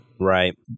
Right